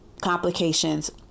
complications